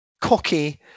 cocky